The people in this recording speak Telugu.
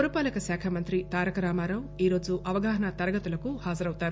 పురపాలక శాఖ మంత్రి తారక రామారావు ఈరోజు అవగాహన తరగతులకు హాజరవుతారు